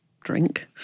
drink